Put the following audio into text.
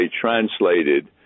translated